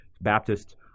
Baptist